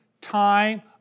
time